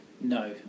No